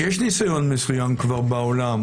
יש ניסיון מסוים כבר בעולם,